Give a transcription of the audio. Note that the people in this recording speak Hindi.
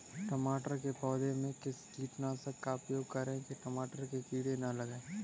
टमाटर के पौधे में किस कीटनाशक का उपयोग करें कि टमाटर पर कीड़े न लगें?